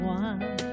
one